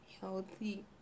healthy